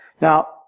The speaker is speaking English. Now